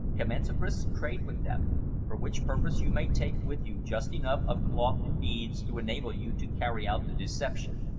commence a brisk trade with them for which purpose you may take with you just enough of cloth and beads to enable you to carry out the deception.